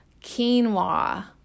Quinoa